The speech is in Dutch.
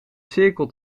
cirkel